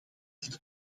dit